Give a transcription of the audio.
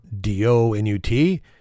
D-O-N-U-T